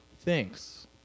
Thanks